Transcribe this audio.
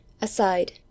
aside